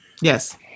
Yes